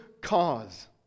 cause